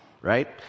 right